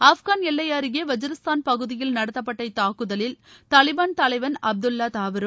ஆப்கான் எல்லை அருகே வஜ்ரிஸ்தான் பகுதியில் நடத்தப்பட்ட இத்தாக்குதலில் தாலிபான் தலைவன் அப்துல்லா தாவரும்